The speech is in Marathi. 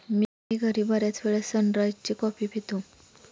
मी घरी बर्याचवेळा सनराइज ची कॉफी पितो